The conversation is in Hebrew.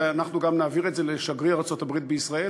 אנחנו גם נעביר את זה לשגריר ארצות-הברית בישראל.